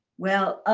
well,